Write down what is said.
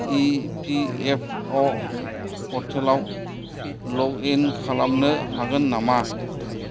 E P F अ पर्टेलाव लग इन खालामनो हागोन नामा